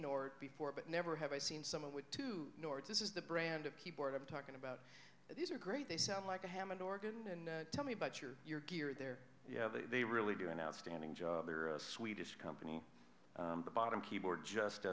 north before but never have i seen someone with two north this is the brand of keyboard i'm talking about these are great they sound like a hammond organ and tell me about your your gear there they really do an outstanding job a swedish company the bottom keyboard just